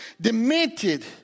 demented